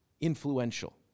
influential